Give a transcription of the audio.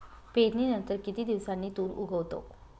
पेरणीनंतर किती दिवसांनी तूर उगवतो?